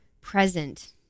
present